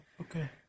Okay